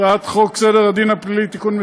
הצעת חוק סדר-הדין הפלילי (תיקון,